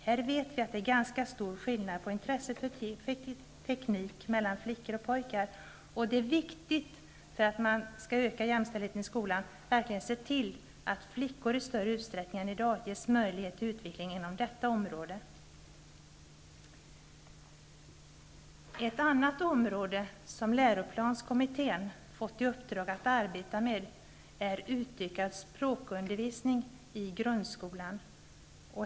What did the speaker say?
Vi vet att det är ganska stor skillnad mellan flickor och pojkar när det gäller intresset för teknik. Det är viktigt att man, för att öka jämställdheten i skolan, verkligen ser till att flickor i större utstäckning än i dag ges möjlighet till utveckling inom detta område. Ett annat område som läroplanskommittén fått i uppdrag att arbeta med är utökad språkundervisning i grundskolan.